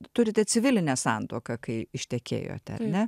turite civilinę santuoką kai ištekėjote ne